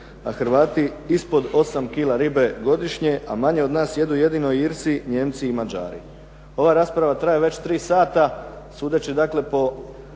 a Hrvati ispod 8 kg ribe godišnje, a manje od nas jedu jedino Irci, Nijemci i Mađari. Ova rasprava traje već 3 sata, sudeći dakle po